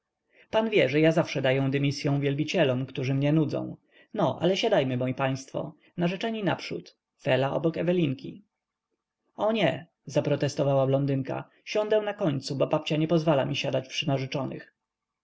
pan wie że ja zawsze daję dymisyą wielbicielom którzy mnie nudzą no ale siadajmy moi państwo narzeczeni naprzód fela obok ewelinki o nie zaprotestowała blondynka siądę na końcu bo babcia nie pozwala mi siadać przy